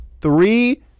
Three-